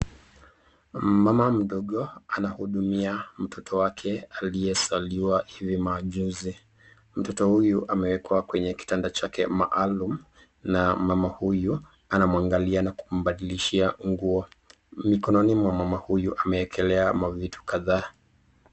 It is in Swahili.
Mama mdogo anahudumia mtoto wake aliyezaliwa hivi majuzi. Mtoto huyu ameekwa kwenye kitanda chake maalum na mama huyu anamwangalia na kumbadilishia nguo. Mikononi mwa mama huyu ameekelea mavitu kadhaa.